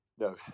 No